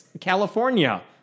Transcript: California